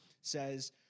says